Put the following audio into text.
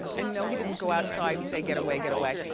and no, he doesn't go outside and say get away, get away.